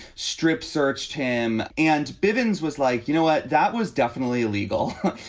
strip searched him and bivins was like, you know what? that was definitely illegal.